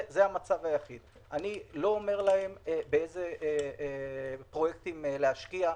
אני לא אומר להם באיזה פרויקטים להשקיע,